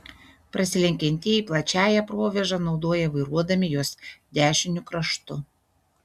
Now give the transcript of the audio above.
prasilenkiantieji plačiąją provėžą naudoja vairuodami jos dešiniu kraštu